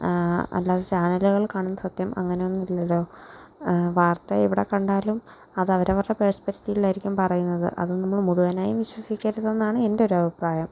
അല്ലാതെ ചാനലുകൾ കാണുന്നത് സത്യം അങ്ങനെയൊന്നുമില്ലല്ലോ വാർത്ത എവിടെ കണ്ടാലും അത് അവർ അവരുടെ പെർസ്പെക്ടീവിൽ ആയിരിക്കും പറയുന്നത് അത് നമ്മൾ മുഴുവനായി വിശ്വസിക്കരുത് എന്നാണ് എൻ്റെ ഒരു അഭിപ്രായം